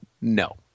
no